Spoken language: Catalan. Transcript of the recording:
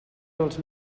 dels